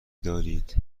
دارید